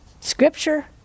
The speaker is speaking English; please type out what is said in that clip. scripture